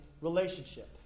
relationship